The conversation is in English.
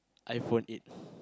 iPhone it's